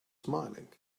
smiling